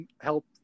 help